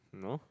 no